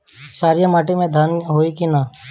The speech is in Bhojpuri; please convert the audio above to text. क्षारिय माटी में धान होई की न?